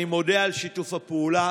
אני מודה על שיתוף הפעולה